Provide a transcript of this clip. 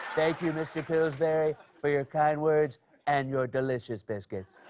thank you, mr. pillsbury, for your kind words and your delicious biscuits.